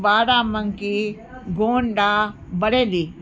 बारा मंकी गौंडा बरेली